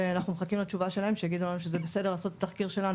ואנחנו מחכים לתשובה שלהם שיגידו לנו שזה בסדר לעשות את התחקיר שלנו.